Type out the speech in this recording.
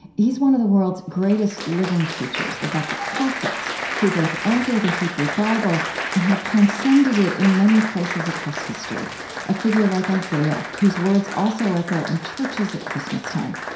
one of the world's greatest living teachers about the prophets who both anchor the hebrew bible and have transcended it in many places across history a figure like isaiah, whose words also echo in churches at christmastime.